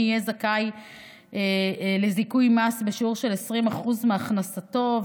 יהיה זכאי לזיכוי מס בשיעור של 20% מהכנסתו,